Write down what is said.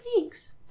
Thanks